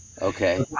Okay